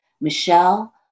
Michelle